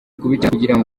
kubikurikirana